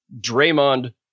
Draymond